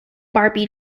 barbie